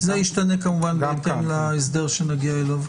זה ישתנה כמובן בהתאם להסדר שנגיע אליו.